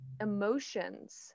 Emotions